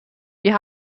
wir